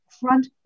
front